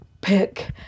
pick